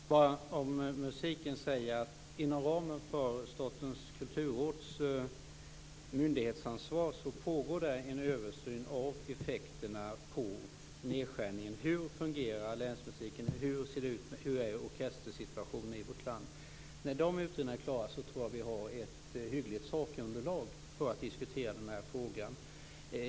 Fru talman! Beträffande musiken vill jag säga att inom ramen för Statens kulturråds myndighetsansvar pågår en översyn av effekterna på nedskärningen. Det handlar då om hur länsmusiken fungerar och hur orkestersituationen är i vårt land. När de utredningarna är klara tror jag att vi har ett hyggligt sakunderlag för att diskutera frågan.